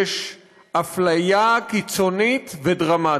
יש אפליה קיצונית ודרמטית.